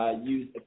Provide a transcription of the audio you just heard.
Use